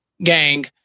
gang